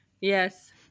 Yes